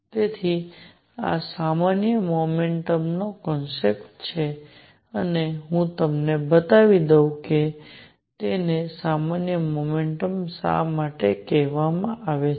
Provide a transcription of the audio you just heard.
તેથી આ સામાન્ય મોમેન્ટમનો કોન્સેપ્ટ છે અને હું તમને બતાવી દઉં છું કે તેને સામાન્ય મોમેન્ટમ શા માટે કહેવામાં આવે છે